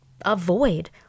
avoid